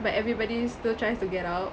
but everybody still tries to get out